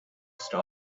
stop